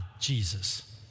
Jesus